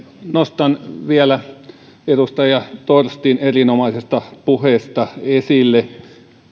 nostan vielä edustaja torstin erinomaisesta puheesta esille